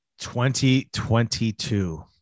2022